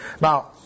Now